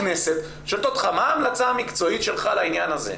הכנסת שואלת אותך מה ההמלצה המקצועית שלך לעניין הזה.,